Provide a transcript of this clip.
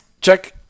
Check